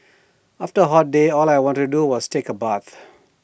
after A hot day all I want to do was take A bath